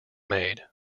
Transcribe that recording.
made